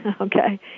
Okay